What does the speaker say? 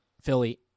Philly